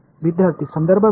विद्यार्थीः